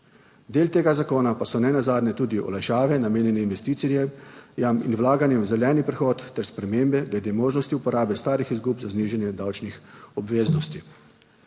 Del tega zakona pa so nenazadnje tudi olajšave, namenjene investicijam in vlaganjem v zeleni prehod ter spremembe glede možnosti uporabe starih izgub za znižanje davčnih obveznosti.